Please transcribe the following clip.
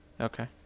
Okay